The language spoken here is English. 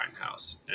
house